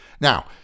Now